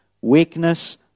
weakness